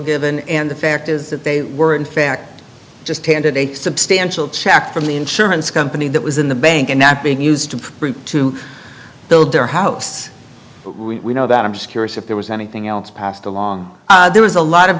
given and the fact is that they were in fact just handed a substantial check from the insurance company that was in the bank and not being used to build their house we know that i'm just curious if there was anything else passed along there was a lot of